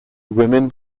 women